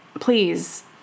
please